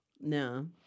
No